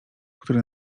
który